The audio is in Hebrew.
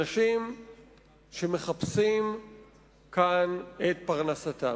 אנשים שמחפשים כאן את פרנסתם.